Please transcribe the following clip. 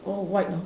all white know